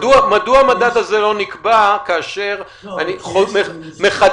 מדוע המדד הזה לא נקבע כאשר אני מחדד